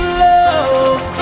love